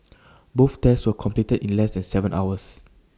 both tests were completed in less than Seven hours